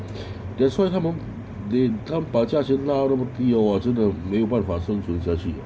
that's why 他们 they 他们把价钱拉到那么低 hor 我真的没有办法生存下去